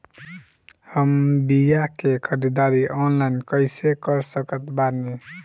हम बीया के ख़रीदारी ऑनलाइन कैसे कर सकत बानी?